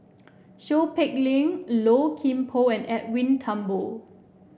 Seow Peck Leng Low Kim Pong and Edwin Thumboo